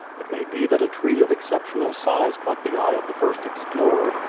it may be that a tree of exceptional size caught the eye of the first explorer,